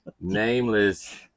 nameless